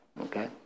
Okay